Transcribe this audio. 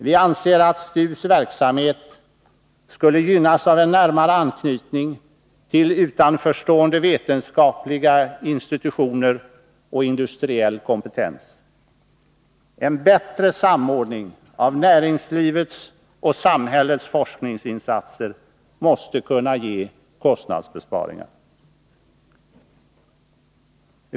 Vi anser att STU:s verksamhet skulle gynnas av en närmare anknytning till utanförstående vetenskapliga institutioner och industriell kompetens. En bättre samordning av näringslivets och samhällets forskningsinsatser måste kunna ge kostnadsbesparingar.